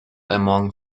among